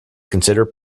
considered